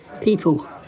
people